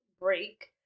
break